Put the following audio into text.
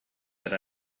that